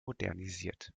modernisiert